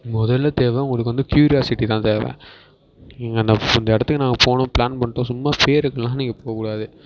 முதல்ல தேவை உங்களுக்கு வந்து க்யூரியாசிட்டி தான் தேவை நீங்கள் அந்த அந்த இடத்துக்கு நாங்கள் போனோம் ப்ளான் பண்ணிட்டோம் சும்மா பேருக்கெலாம் நீங்கள் போக கூடாது